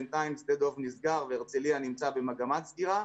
בינתיים שדב דוב נסגר והרצליה נמצא במגמת סגירה.